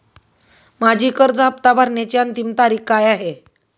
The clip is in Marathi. माझी कर्ज हफ्ता भरण्याची अंतिम तारीख काय आहे?